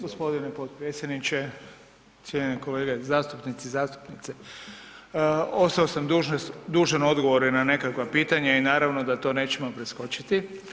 Gospodine potpredsjedniče, cijenjene kolege zastupnici i zastupnice, ostao sam dužan odgovore na nekakva pitanja i naravno da to nećemo preskočiti.